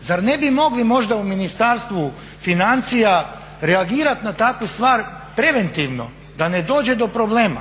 Zar ne bi mogli možda u Ministarstvu financija reagirati na takvu stvar preventivno da ne dođe do problema,